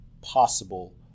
possible